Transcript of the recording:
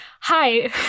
Hi